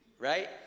right